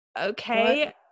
okay